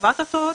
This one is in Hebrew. קבעת תור?